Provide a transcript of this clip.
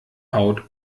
haut